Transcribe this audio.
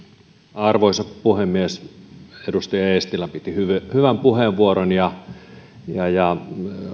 arvoisa puhemies edustaja eestilä piti hyvän puheenvuoron ja ja